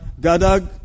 Gadag